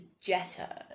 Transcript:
Jetta